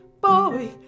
boy